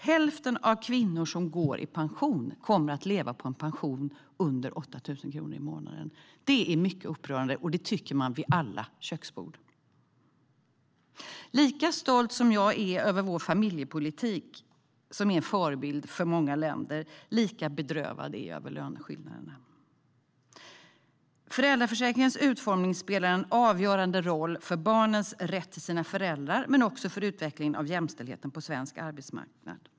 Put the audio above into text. Hälften av de kvinnor som går i pension kommer att leva på en pension under 8 000 kronor i månaden. Det är mycket upprörande - det tycker man vid alla köksbord. Lika stolt som jag är över vår familjepolitik, som är en förebild för många länder, lika bedrövad är jag över löneskillnaderna. Föräldraförsäkringens utformning spelar en avgörande roll för barnens rätt till sina föräldrar men också för utvecklingen av jämställdheten på svensk arbetsmarknad.